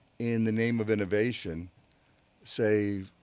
in the name of innovation say,